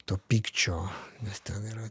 to pykčio nes ten yra